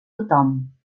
tothom